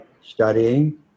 studying